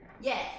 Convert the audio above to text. Yes